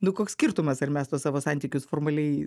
nu koks skirtumas ar mes tuos savo santykius formaliai